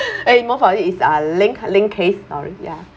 eh most of it is uh link link case sorry ya